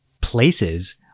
places